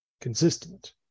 consistent